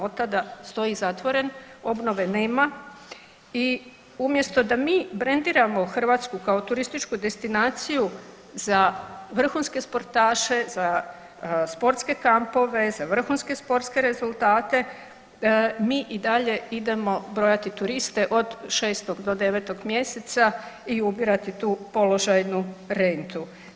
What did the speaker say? Otada stoji zatvoren, obnove nema i umjesto da mi orijentiramo Hrvatsku kao turističku destinaciju za vrhunske sportaše za sportske kampove, za vrhunske sportske rezultate mi i dalje idemo brojati turiste od 6. do 9. mjeseca i ubirati tu položajnu rentu.